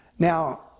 Now